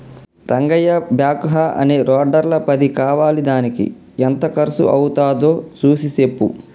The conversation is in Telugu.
రంగయ్య బ్యాక్ హా అనే లోడర్ల పది కావాలిదానికి ఎంత కర్సు అవ్వుతాదో సూసి సెప్పు